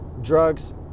drugs